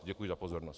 Děkuji za pozornost.